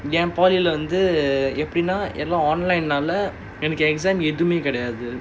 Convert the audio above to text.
polytechnic வந்து எப்பிடின்னா:vanthu eppidinaa online நாலா எனக்கு:naalaa enakku exam எதுமே கிடையாது:ethumae kidaiyaathu